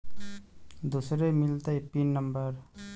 दुसरे मिलतै pin number?